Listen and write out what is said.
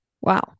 wow